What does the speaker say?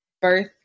birth